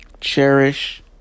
Cherish